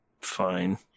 Fine